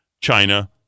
China